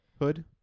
hood